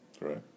Right